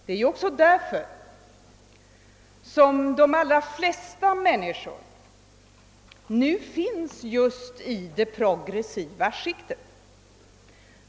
Det är just på grund av inflationen som de allra flesta människor nu finns i det progressiva skiktet.